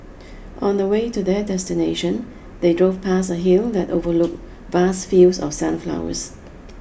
on the way to their destination they drove past a hill that overlooked vast fields of sunflowers